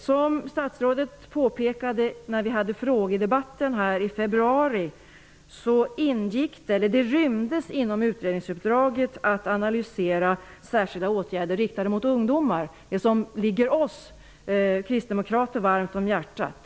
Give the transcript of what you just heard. Som statsrådet påpekade när vi hade en frågedebatt i februari ryms det inom utredningsuppdraget att analysera särskilda åtgärder riktade mot ungdomar -- något som ligger oss kristdemokrater varmt om hjärtat.